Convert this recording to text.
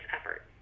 effort